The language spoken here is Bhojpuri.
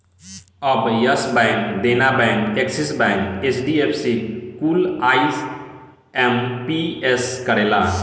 अब Yes Bank, Dena Bank, Axis Bank, HDFC कुल आई.एम.पी.एस करेला